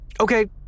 Okay